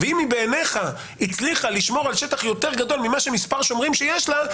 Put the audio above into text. ואם היא בעינך הצליחה לשמור על שטח יותר גדול ממה שמספר השומרים שיש לה,